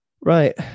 right